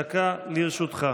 דקה לרשותך.